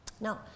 Now